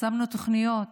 שמנו תוכניות,